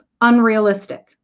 unrealistic